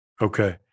Okay